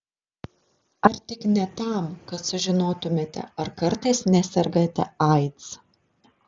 ar tik ne tam kad sužinotumėte ar kartais nesergate aids